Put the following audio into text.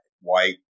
white